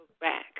back